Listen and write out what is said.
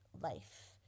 life